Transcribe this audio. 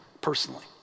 personally